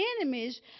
enemies